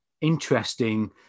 interesting